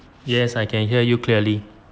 yes I can hear you clearly